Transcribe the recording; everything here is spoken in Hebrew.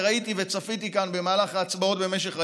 וראיתי וצפיתי כאן במהלך ההצבעות במשך היום,